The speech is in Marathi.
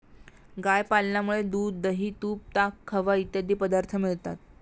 गाय पालनामुळे दूध, दही, तूप, ताक, खवा इत्यादी पदार्थ मिळतात